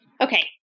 Okay